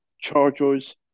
Chargers